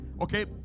okay